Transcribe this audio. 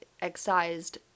excised